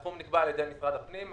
הסכום נקבע על ידי משרד הפנים,